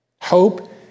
Hope